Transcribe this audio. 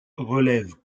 relèvent